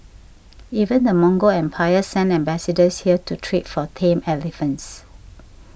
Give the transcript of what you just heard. even the Mongol empire sent ambassadors here to trade for tame elephants